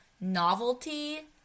novelty